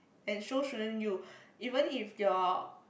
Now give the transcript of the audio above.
and so shouldn't you even if your